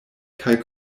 kaj